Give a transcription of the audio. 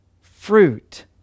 fruit